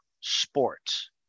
sports